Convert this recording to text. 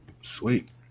Sweet